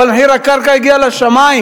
אבל מחיר הקרקע הגיע לשמים,